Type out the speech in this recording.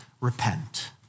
repent